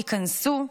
ייקנסו.